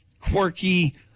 quirky